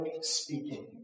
speaking